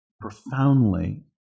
profoundly